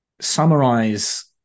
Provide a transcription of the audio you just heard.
summarize